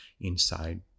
inside